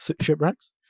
shipwrecks